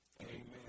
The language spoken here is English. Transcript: Amen